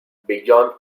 beyond